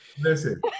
Listen